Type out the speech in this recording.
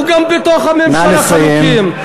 אנחנו גם בתוך הממשלה חלוקים.